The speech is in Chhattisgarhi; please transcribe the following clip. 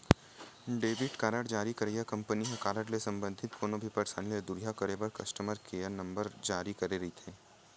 डेबिट कारड जारी करइया कंपनी ह कारड ले संबंधित कोनो भी परसानी ल दुरिहा करे बर कस्टमर केयर नंबर जारी करे रहिथे